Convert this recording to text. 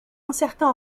incertain